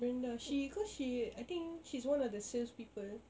brenda she cause she I think she's one of the sales people